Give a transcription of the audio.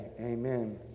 Amen